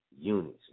units